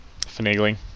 finagling